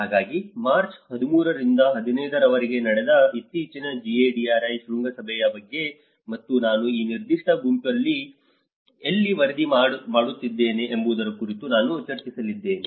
ಹಾಗಾಗಿ ಮಾರ್ಚ್ 13 ರಿಂದ 15 ರವರೆಗೆ ನಡೆದ ಇತ್ತೀಚಿನ GADRI ಶೃಂಗಸಭೆಯ ಬಗ್ಗೆ ಮತ್ತು ನಾನು ಈ ನಿರ್ದಿಷ್ಟ ಗುಂಪನ್ನು ಎಲ್ಲಿ ವರದಿ ಮಾಡುತ್ತಿದ್ದೇನೆ ಎಂಬುದರ ಕುರಿತು ನಾನು ಚರ್ಚಿಸಲಿದ್ದೇನೆ